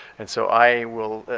and so i will,